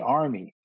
army